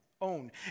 own